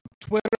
Twitter